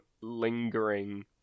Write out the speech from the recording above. lingering